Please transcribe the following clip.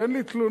אין לי תלונות.